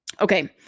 Okay